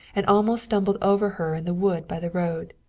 and almost stumbled over her in the wood by the road.